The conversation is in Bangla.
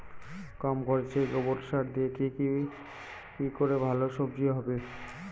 কম খরচে গোবর সার দিয়ে কি করে ভালো সবজি হবে?